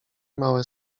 małe